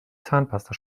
zahnpasta